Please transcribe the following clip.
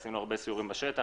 עשינו סיורים בשטח,